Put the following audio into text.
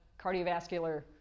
cardiovascular